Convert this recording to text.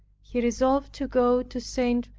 he resolved to go to st.